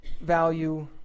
value